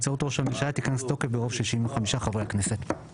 נבצרות ראש הממשלה תיכנס לתוקף ברוב של 75 חברי הכנסת'.